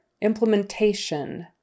Implementation